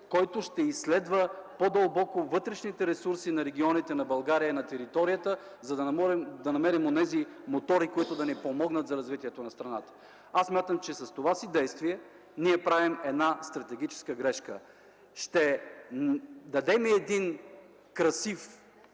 който ще изследва по-дълбоко вътрешните ресурси на регионите, на територията на България, за да намерим моторите, които да ни помогнат за развитието на страната. Смятам, че с това си действие правим стратегическа грешка – ще дадем красив